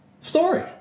story